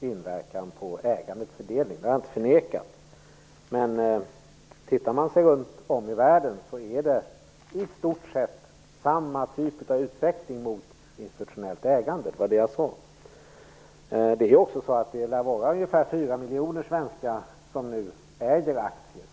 inverkan på ägandets fördelning. Det har jag inte förnekat. Men tittar man sig runt om i världen är det i stort sett samma typ av utveckling mot internationellt ägandet. Det var det jag sade. Det lär vara ungefär 4 miljoner svenskar som nu äger aktier.